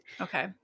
Okay